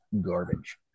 garbage